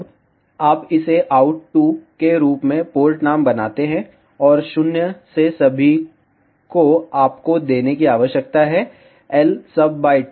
अब आप इसे आउट 2 के रूप में पोर्ट नाम बनाते हैं और 0 से सभी को आपको देने की आवश्यकता है Lsub2 rincos y